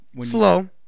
Slow